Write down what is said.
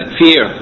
fear